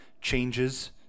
changes